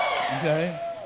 Okay